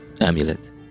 amulet